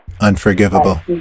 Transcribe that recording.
Unforgivable